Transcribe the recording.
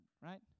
right